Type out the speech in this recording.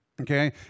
Okay